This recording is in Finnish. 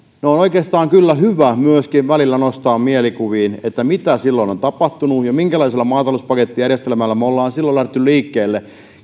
on oikeastaan kyllä hyvä välillä myöskin nostaa mielikuviin mitä mitä silloin on tapahtunut ja minkälaisella maatalouspakettijärjestelmällä me olemme silloin lähteneet liikkeelle